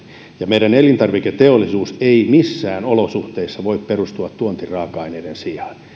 ja meidän elintarviketeollisuutemme ei missään olosuhteissa voi perustua tuontiraaka aineisiin